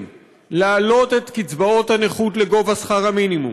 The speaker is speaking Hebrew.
להעלות את קצבאות הנכות לגובה שכר המינימום,